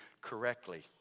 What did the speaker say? correctly